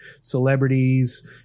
celebrities